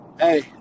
Hey